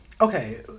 Okay